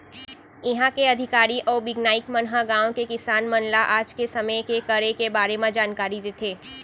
इहॉं के अधिकारी अउ बिग्यानिक मन ह गॉंव के किसान मन ल आज के समे के करे के बारे म जानकारी देथे